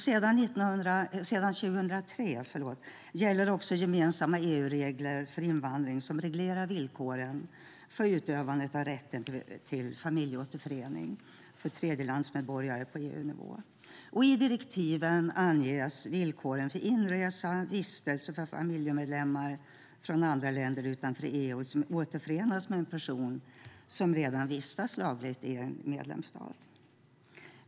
Sedan 2003 gäller gemensamma EU-regler för invandring som reglerar villkoren för utövandet av rätten till familjeåterförening för tredjelandsmedborgare på EU-nivå. I direktivet anges villkoren för inresa och vistelse för familjemedlemmar från andra länder utanför EU som återförenas med en person som redan vistas lagligt i en medlemsstat.